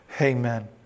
Amen